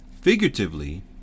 figuratively